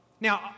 Now